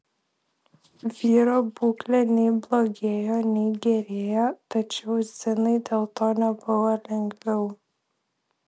vyro būklė nei blogėjo nei gerėjo tačiau zinai dėl to nebuvo lengviau